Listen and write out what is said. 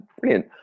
Brilliant